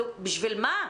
בשביל מה?